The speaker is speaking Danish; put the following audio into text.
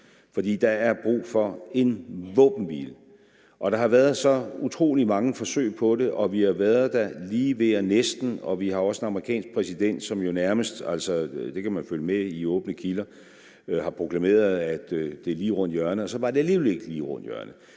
der er brug for en våbenhvile, og der har været så utrolig mange forsøg på det, og vi har været der lige ved og næsten, og vi har også en amerikansk præsident, som jo nærmest – altså, det kan man følge med i i åbne kilder – har proklameret, at det er lige rundt om hjørnet,